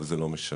אבל זה לא משנה.